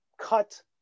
cut